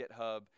GitHub